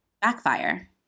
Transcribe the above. backfire